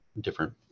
different